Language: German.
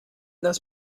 das